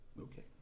Okay